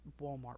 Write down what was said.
Walmart